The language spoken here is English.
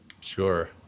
sure